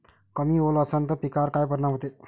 कमी ओल असनं त पिकावर काय परिनाम होते?